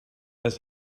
his